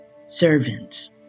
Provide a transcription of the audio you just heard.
Servants